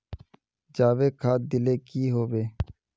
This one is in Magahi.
जाबे खाद दिले की होबे?